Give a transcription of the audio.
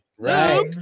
Right